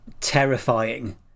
terrifying